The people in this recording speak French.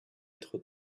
trop